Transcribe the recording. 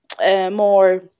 more